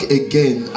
again